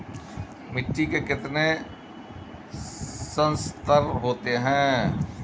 मिट्टी के कितने संस्तर होते हैं?